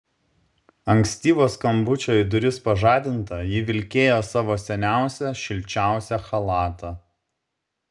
ankstyvo skambučio į duris pažadinta ji vilkėjo savo seniausią šilčiausią chalatą